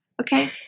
Okay